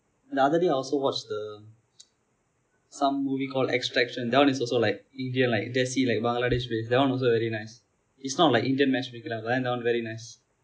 the other day I also watch the some movie called extraction that one is also like India like desi like Bangladesh base that one also very nice it's not like indian matchmaker lah but that one very nice